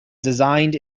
designed